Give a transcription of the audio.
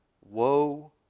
Woe